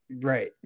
Right